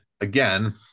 again